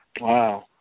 Wow